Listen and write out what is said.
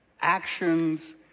actions